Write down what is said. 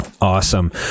Awesome